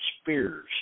spears